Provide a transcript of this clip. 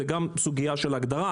זאת גם סוגייה של הגדרה.